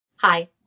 Hi